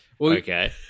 Okay